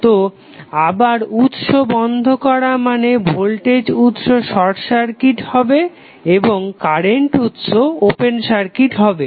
তো আবার উৎস বন্ধ করা মানে ভোল্টেজ উৎস শর্ট সার্কিট হবে এবং কারেন্ট উৎস ওপেন সার্কিট হবে